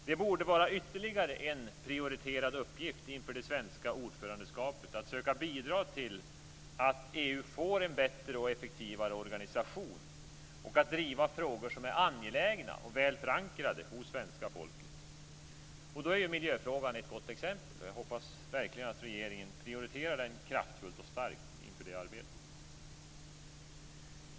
Det borde vara ytterligare en prioriterad uppgift inför det svenska ordförandeskapet att försöka bidra till att EU får en bättre och effektivare organisation. Det är också viktigt att driva frågor som är angelägna och väl förankrade hos svenska folket. Då är miljöfrågan ett gott exempel. Jag hoppas verkligen att regeringen prioriterar den kraftfullt och starkt inför detta arbete.